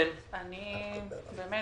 אני רק